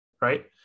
Right